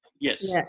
Yes